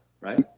right